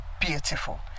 beautiful